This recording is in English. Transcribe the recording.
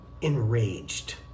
enraged